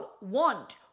want